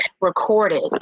recorded